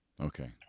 Okay